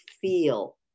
feel